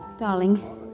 Darling